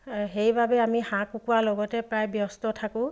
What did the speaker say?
সেইবাবে আমি হাঁহ কুকুৰাৰ লগতে প্ৰায় ব্যস্ত থাকোঁ